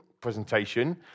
presentation